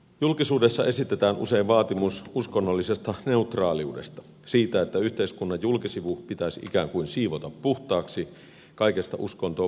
julkisuudessa esitetään usein vaatimus uskonnollisesta neutraaliudesta siitä että yhteiskunnan julkisivu pitäisi ikään kuin siivota puhtaaksi kaikesta uskontoon viittaavasta